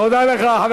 תודה לך.